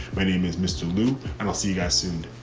my name is mr. lu and i'll see you guys soon.